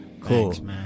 cool